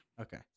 Okay